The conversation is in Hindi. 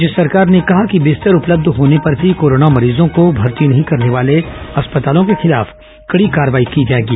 राज्य सरकार ने कहा कि बिस्तर उपलब्ध होने पर भी कोरोना मरीजों को भर्ती नहीं करने वाले अस्पतालों के खिलाफ कडी कार्रवाई की जाएगी